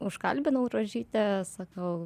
užkalbinau rožytę sakau